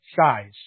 size